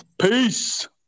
peace